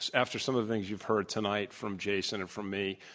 after some of the things you've heard tonight from jason and from me,